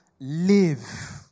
live